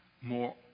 more